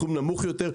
סכום נמוך יותר,